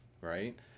Right